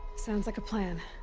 sounds like a plan.